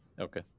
okay